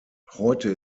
heute